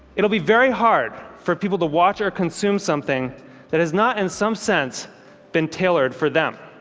it'll be very hard for people to watch or consume something that has not in some sense been tailored for them.